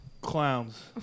clowns